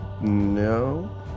no